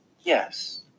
Yes